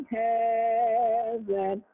heaven